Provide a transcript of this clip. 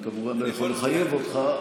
אני כמובן לא יכול לחייב אותך,